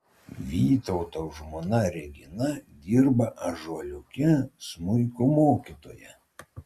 vytauto žmona regina dirba ąžuoliuke smuiko mokytoja